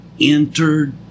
entered